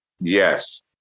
Yes